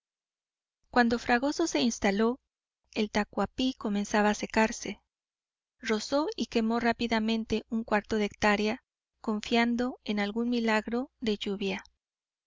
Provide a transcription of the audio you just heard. cuando fragoso se instaló el tacuapí comenzaba a secarse rozó y quemó rápidamente un cuarto de hectárea confiando en algún milagro de lluvia